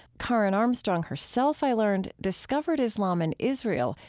karen armstrong herself, i learned, discovered islam in israel,